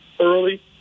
early